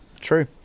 True